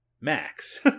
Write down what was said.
Max